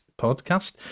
podcast